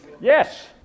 Yes